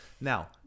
Now